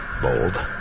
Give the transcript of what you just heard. Bold